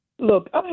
Look